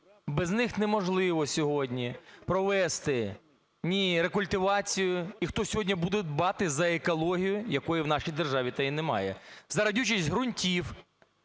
Без них неможливо сьогодні провести ні рекультивацію… І хто сьогодні буде дбати за екологію, якої в нашій державі немає, за родючість ґрунтів?